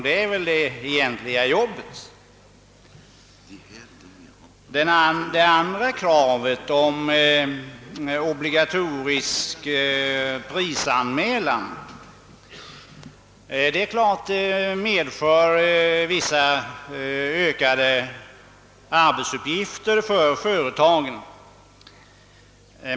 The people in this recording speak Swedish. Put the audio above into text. Det är väl den nämndens egentliga arbetsuppgift. Det andra kravet gäller obligatorisk prisanmälan. En sådan medför naturligtvis ökade arbetsuppgifter för företagen.